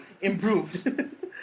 improved